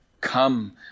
Come